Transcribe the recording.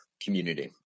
community